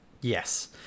Yes